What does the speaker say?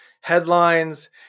headlines